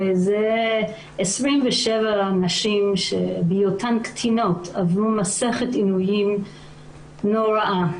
27 נשים שבהיותן קטינות עברו מסכת עינויים נוראה.